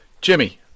Jimmy